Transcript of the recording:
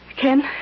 Ken